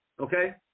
okay